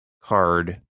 card